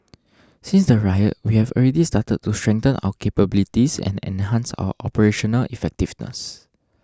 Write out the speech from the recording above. since the riot we have already started to strengthen our capabilities and enhance our operational effectiveness